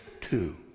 two